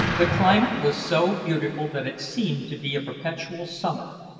the climate was so beautiful that it seemed to be a perpetual summer,